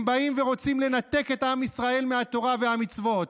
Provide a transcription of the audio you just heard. הם באים ורוצים לנתק את עם ישראל מהתורה ומהמצוות.